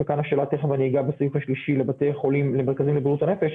תכף אני אגע בסעיף השלישי למרכזים לבריאות הנפש,